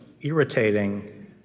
irritating